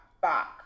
back